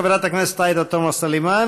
חברת הכנסת עאידה תומא סלימאן.